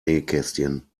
nähkästchen